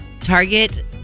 target